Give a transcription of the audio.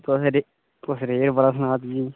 तुस रे तुस रेट बड़ा सना दे जी